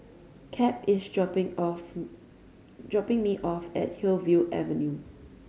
Cap is dropping off dropping me off at Hillview Avenue